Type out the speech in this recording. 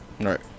Right